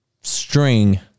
string